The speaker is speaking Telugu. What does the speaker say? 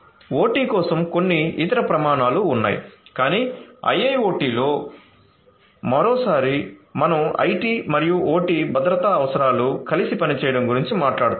OT కోసం కొన్ని ఇతర ప్రమాణాలు ఉన్నాయి కాని IIoT లో మరోసారి మనం IT మరియు OT భద్రతా అవసరాలు కలిసి పనిచేయడం గురించి మాట్లాడుతున్నాము